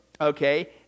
okay